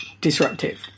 disruptive